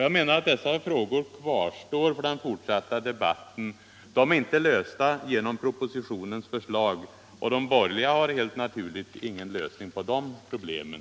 Jag anser att dessa frågor kvarstår för den fortsatta debatten. De är inte lösta genom propositionen, och de borgerliga har helt naturligt ingen lösning på de problemen.